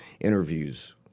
interviews